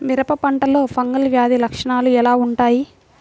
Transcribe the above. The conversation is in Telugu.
మిరప పంటలో ఫంగల్ వ్యాధి లక్షణాలు ఎలా వుంటాయి?